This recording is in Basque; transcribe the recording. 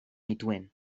nituen